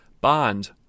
Bond